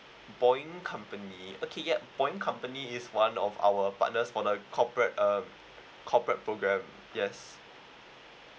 boeing company okay ya boeing company is one of our partners for the corporate uh corporate program yes